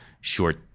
short